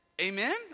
Amen